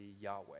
Yahweh